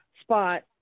spot